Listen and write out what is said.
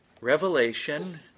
Revelation